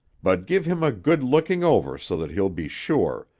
but give him a good looking-over so that he'll be sure,